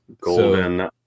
Golden